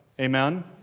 amen